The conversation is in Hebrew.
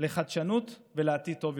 לחדשנות ולעתיד טוב יותר.